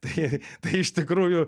tai tai iš tikrųjų